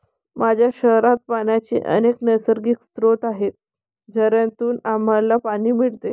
माझ्या शहरात पाण्याचे अनेक नैसर्गिक स्रोत आहेत, झऱ्यांतून आम्हाला पाणी मिळते